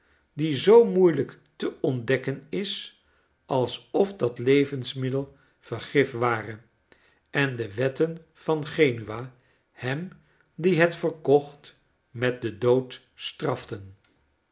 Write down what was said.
die zoo moeielijk te ontdekken is alsof dat levensmiddel vergif ware en de wetten van genua hem die het verkocht met den dood straften